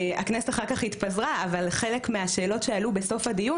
הכנסת אחר כך התפזרה אבל חלק מהשאלות שעלו בסוף הדיון